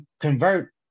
convert